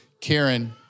Karen